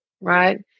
right